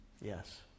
Yes